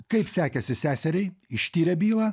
kaip sekėsi seseriai ištyrė bylą